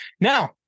Now